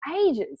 ages